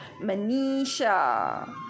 Manisha